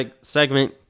segment